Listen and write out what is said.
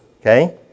okay